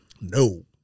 No